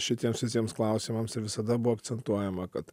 šitiems visiems klausimams ir visada buvo akcentuojama kad